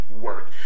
work